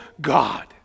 God